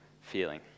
feeling